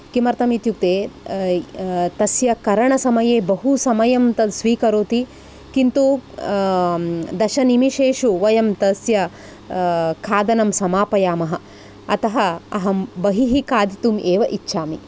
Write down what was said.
किमर्थमित्युक्ते तस्य करणसमये बहुसमयं तत् स्वीकरोति किन्तु दशनिमेषेषु वयं तस्य खादनं समापयामः अतः अहं बहिः खादितुमेव इच्छामि